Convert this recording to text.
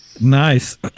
nice